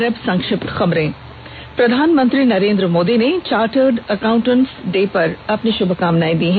और अब संक्षिप्त खबरें प्रधानमंत्री नरेन्द्र मोदी ने चार्टर्ड अकांउटेंट दिवस पर अपनी शुभकामनाएं दी हैं